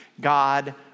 God